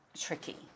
tricky